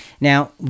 Now